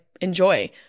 enjoy